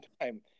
time